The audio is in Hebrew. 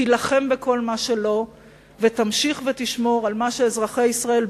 תילחם בכל מה שלא נכון ותמשיך לשמור על מה שאזרחי ישראל,